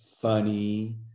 funny